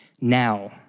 now